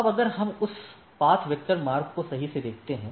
अब अगर हम उस पथ वेक्टर मार्ग को सही से देखते हैं